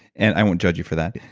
and i won't judge you for that.